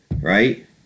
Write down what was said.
Right